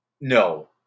No